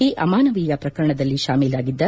ಈ ಅಮಾನವೀಯ ಪ್ರಕರಣದಲ್ಲಿ ಶಾಮೀಲಾಗಿದ್ದ